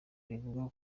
rivuga